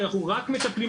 ואנחנו רק מטפלים,